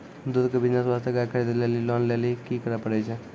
दूध के बिज़नेस वास्ते गाय खरीदे लेली लोन लेली की करे पड़ै छै?